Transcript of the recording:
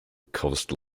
caused